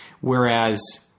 Whereas